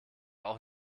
auch